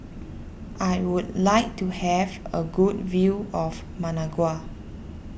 I would like to have a good view of Managua